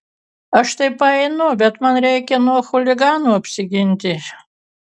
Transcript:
aš tai paeinu bet man reikia nuo chuliganų apsiginti